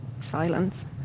silence